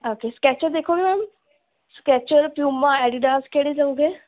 okay Skechers ਦੇਖੋਗੇ ma'am Skechers Puma Adidas ਕਿਹੜੇ ਲਉਗੇ